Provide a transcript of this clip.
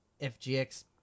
FGX